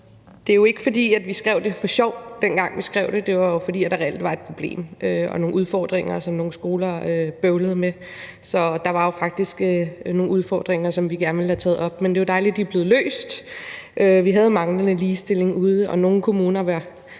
Det er jo ikke, fordi vi skrev det for sjov, dengang vi skrev det; det var jo, fordi der reelt var et problem og nogle udfordringer, som nogle skoler bøvlede med. Så der var jo faktisk nogle udfordringer, vi gerne ville have taget op, men det er jo dejligt, at de er blevet løst. Vi havde manglende ligestilling derude, hvor nogle kommuner var